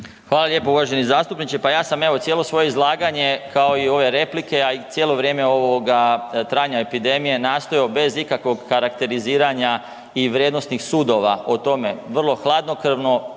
Hvala lijepo uvaženi zastupniče. Pa ja sam evo cijelo svoje izlaganje kao i ove replike, a i cijelo vrijeme ovoga trajanja epidemije nastojao bez ikakvog karakteriziranja i vrijednosnih sudova o tome vrlo hladnokrvno,